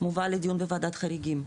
מובא לדיון בוועדת חריגים.